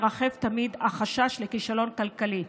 מרחף תמיד החשש לכישלון כלכלי.